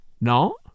No